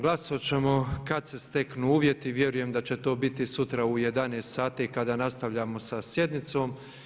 Glasovat ćemo kada se steknu uvjeti, vjerujem da će to biti sutra u 11 sati kada nastavljamo sa sjednicom.